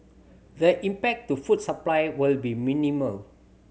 the impact to food supply will be minimal